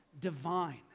divine